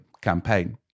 campaign